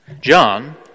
John